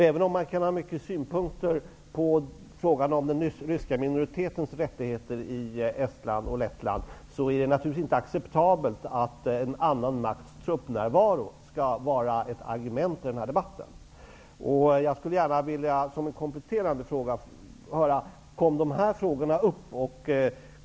Även om man kan ha många synpunkter på frågan om den ryska minoritetens rättigheter i Estland och Lettland, är det naturligtvis inte acceptabelt att en annan makts truppnärvaro skall vara ett argument i debatten. Kom de här frågorna upp?